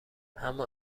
اما